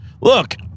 look